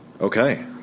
Okay